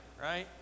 right